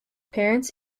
parents